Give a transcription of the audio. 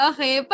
Okay